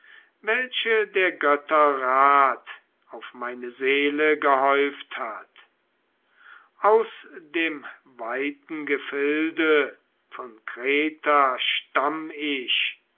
welche der götter rat auf meine seele gehäuft hat aus dem weiten gefilde von kreta stamm ich